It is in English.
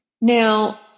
Now